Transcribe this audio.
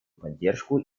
поддержку